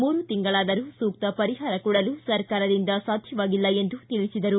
ಮೂರು ತಿಂಗಳಾದರೂ ಸೂಕ್ತ ಪರಿಹಾರ ಕೊಡಲು ಸರ್ಕಾರದಿಂದ ಸಾಧ್ಯವಾಗಿಲ್ಲ ಎಂದು ತಿಳಿಸಿದರು